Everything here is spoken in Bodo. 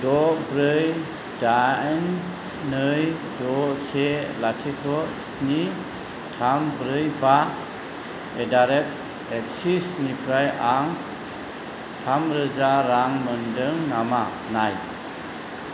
द' ब्रै दाइन नै द' से लाथिख' स्नि थाम ब्रै बा एडारेट एक्सिस निफ्राय आं थामरोजा रां मोन्दों नामा नाय